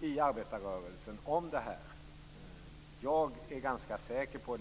i arbetarrörelsen om detta.